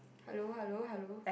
hello hello hello